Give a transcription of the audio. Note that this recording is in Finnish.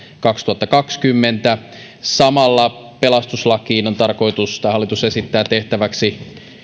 kaksituhattakaksikymmentä samalla pelastuslakiin hallitus esittää tehtäväksi